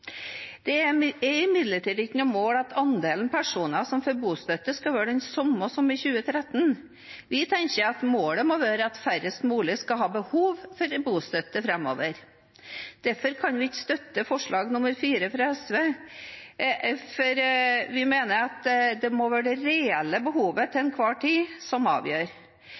Det er imidlertid ikke noe mål at andelen personer som får bostøtte, skal være den samme som i 2013. Vi tenker at målet må være at færrest mulig skal ha behov for bostøtte framover. Derfor kan vi ikke støtte forslag nr. 4, fra SV, for vi mener at det må være det til enhver tid reelle behovet som avgjør.